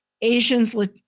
Asians